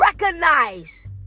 recognize